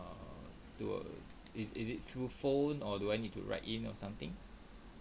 err to err is is it through phone or do I need to write in or something